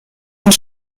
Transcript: und